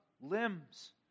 limbs